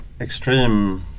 extreme